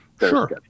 Sure